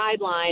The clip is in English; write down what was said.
guidelines